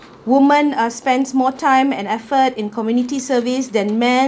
women uh spends more time and effort in community service than men